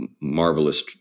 marvelous